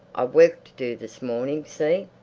i've work to do this morning see?